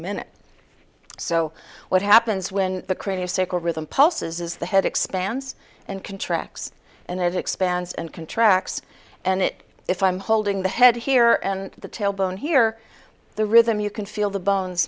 minute so what happens when the creative cycle rhythm pulses is the head expands and contracts and it expands and contracts and it if i'm holding the head here and the tail bone here the rhythm you can feel the bones